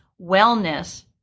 wellness